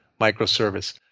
microservice